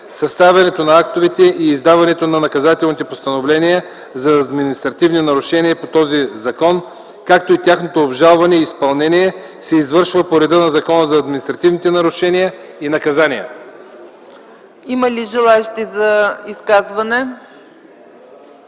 Съставянето на актовете и издаването на наказателните постановления за административни нарушения по този закон, както и тяхното обжалване и изпълнение се извършват по реда на Закона за административните нарушения и наказания.” ПРЕДСЕДАТЕЛ ЦЕЦКА